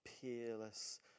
peerless